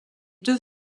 deux